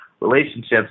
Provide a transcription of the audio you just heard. relationships